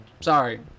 Sorry